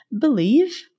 believe